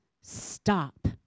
stop